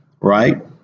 right